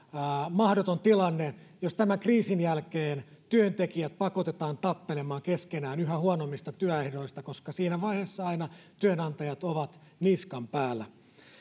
mahdoton tilanne jos tämän kriisin jälkeen työntekijät pakotetaan tappelemaan keskenään yhä huonommista työehdoista koska siinä vaiheessa aina työnantajat ovat niskan päällä